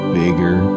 bigger